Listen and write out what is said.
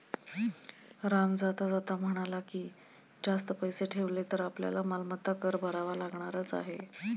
राम जाता जाता म्हणाला की, जास्त पैसे ठेवले तर आपल्याला मालमत्ता कर भरावा लागणारच आहे